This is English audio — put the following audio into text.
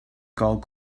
gold